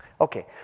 Okay